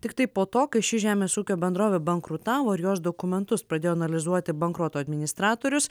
tiktai po to kai ši žemės ūkio bendrovė bankrutavo ir jos dokumentus pradėjo analizuoti bankroto administratorius